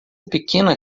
pequena